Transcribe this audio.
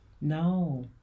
no